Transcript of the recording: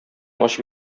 ачып